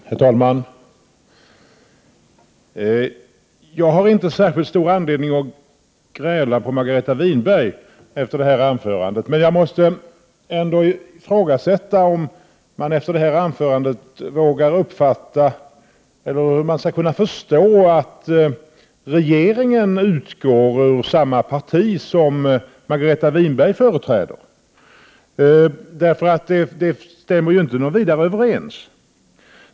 Herr talman! Jag har inte särskilt stor anledning att gräla på Margareta Winberg efter hennes anförande. Men jag måste ändå fråga hur man efter detta anförande skall kunna förstå att regeringen utgår ur samma parti som Margareta Winberg företräder. Vad regeringen och Margareta Winberg vill stämmer ju inte något vidare överens.